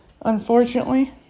unfortunately